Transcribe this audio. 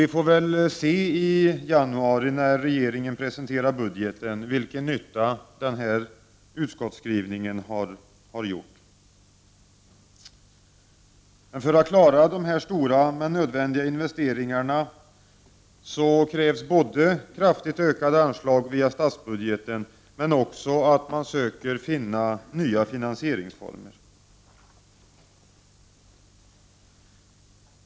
Vi får väl se i januari när regeringen presenterar budgeten vilken nytta denna utskottsskrivning har gjort. För att klara dessa stora, nödvändiga, investeringar krävs det både kraftigt ökade anslag via statsbudgeten och nya finansieringsformer.